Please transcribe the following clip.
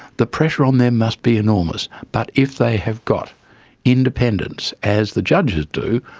the pressure on them must be enormous. but if they have got independence, as the judges do,